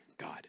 God